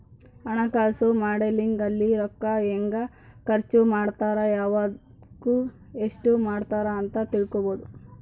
ಹಣಕಾಸು ಮಾಡೆಲಿಂಗ್ ಅಲ್ಲಿ ರೂಕ್ಕ ಹೆಂಗ ಖರ್ಚ ಮಾಡ್ತಾರ ಯವ್ದುಕ್ ಎಸ್ಟ ಮಾಡ್ತಾರ ಅಂತ ತಿಳ್ಕೊಬೊದು